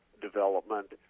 development